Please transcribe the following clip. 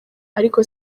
ariko